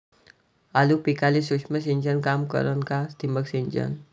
आलू पिकाले सूक्ष्म सिंचन काम करन का ठिबक सिंचन?